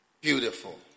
Beautiful